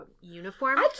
uniform